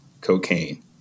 cocaine